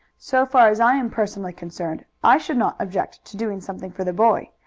so far as i am personally concerned, i should not object to doing something for the boy,